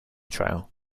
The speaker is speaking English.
trail